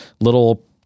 little